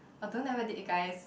although never date a guy